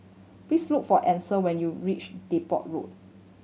please look for Ansel when you reach Depot Road